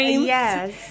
Yes